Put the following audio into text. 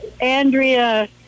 Andrea